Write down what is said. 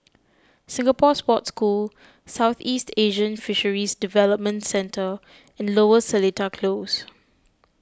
Singapore Sports School Southeast Asian Fisheries Development Centre and Lower Seletar Close